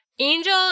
Angel